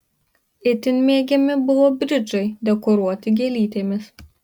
itin mėgiami buvo bridžai dekoruoti gėlytėmis